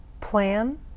plan